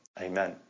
amen